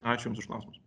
ačiū jums už klausimus